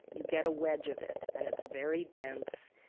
you get a wedge of it and it's very dense,